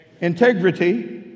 integrity